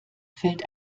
fällt